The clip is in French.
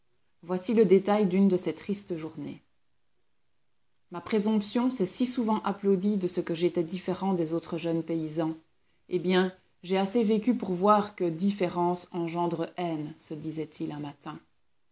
voici le détail d'une de ses tristes journées ma présomption s'est si souvent applaudie de ce que j'étais différent des autres jeunes paysans eh bien j'ai assez vécu pour voir que différence engendre haine se disait-il un matin